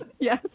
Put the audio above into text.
Yes